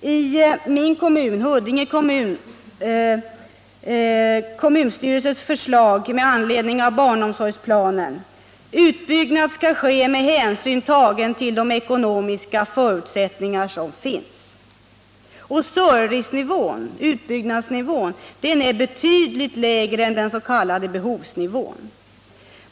I Huddinge kommunstyrelses förslag med anledning av barnomsorgsplanen heter det att utbyggnad skall ske med hänsyn tagen till de ekonomiska förutsättningar som finns. Och servicenivån, utbyggnadsnivån, är betydligt lägre än den s.k. behovsnivån.